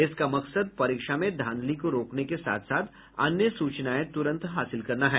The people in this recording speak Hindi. इसका मकसद परीक्षा में धांधली को रोकने के साथ साथ अन्य सूचनाएं तुरंत हासिल करना है